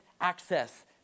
access